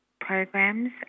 programs